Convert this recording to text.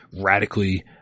radically